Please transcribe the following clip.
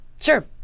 Sure